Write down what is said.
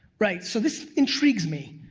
right, so this intrigues me.